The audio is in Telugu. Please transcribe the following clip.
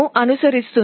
అనుసరిస్తుంది